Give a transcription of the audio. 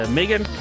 Megan